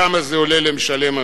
כמה זה עולה למשלם המסים?